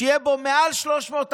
שיהיה בו מעל 300,